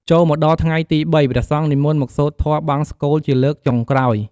ចូលមកដល់ថ្ងៃទី៣ ព្រះសង្ឃនិមន្តមកសូត្រធម៌បង្សុកូលជាលើកចុងក្រោយ។